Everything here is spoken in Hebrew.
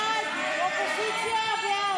ההסתייגויות לסעיף 01 בדבר